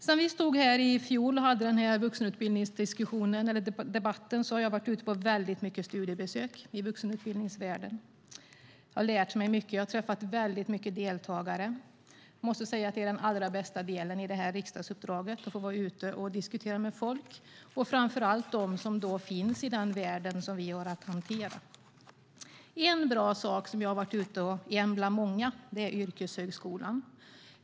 Sedan vi stod här i fjol och hade denna vuxenutbildningsdebatt har jag varit ute på väldigt mycket studiebesök i vuxenutbildningsvärlden. Jag har lärt mig mycket och träffat väldigt många deltagare. Jag måste säga att det är den allra bästa delen i detta riksdagsuppdrag, att få vara ute och diskutera med folk - framför allt de som finns i den värld vi har att hantera. En bra sak bland många när jag har varit ute är yrkeshögskolan.